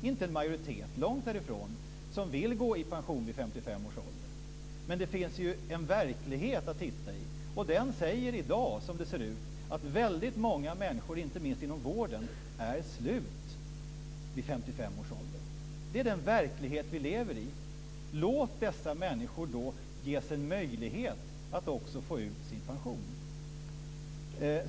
det inte är en majoritet - långt därifrån - som vill gå i pension vid Det finns en verklighet att titta på, och den säger i dag att väldigt många människor, inte minst inom vården, är slut vid 55 års ålder. Det är den verklighet vi lever i. Låt dessa människor då ges en möjlighet att också få ut sin pension!